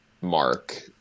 mark